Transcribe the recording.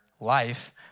life